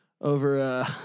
over